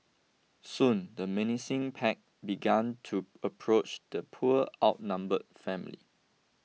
soon the menacing pack began to approach the poor outnumbered family